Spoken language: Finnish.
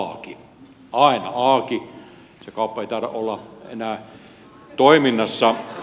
se kauppa ei taida olla enää toiminnassa